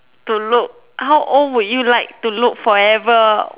to look how old would you like to look forever